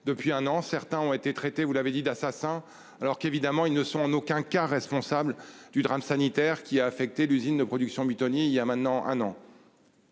depuis un an, certains ont été traités. Vous l'avez dit d'assassin alors qu'évidemment ils ne sont en aucun cas responsable du drame sanitaire qui a affecté l'usine de production Buitoni, il y a maintenant un an.